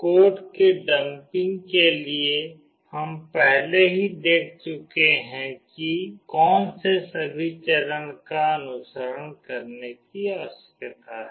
code के dumping के लिए हम पहले ही देख चुके हैं कि कौन से सभी चरणों का अनुसरण करने की आवश्यकता है